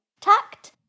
tact